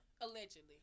Allegedly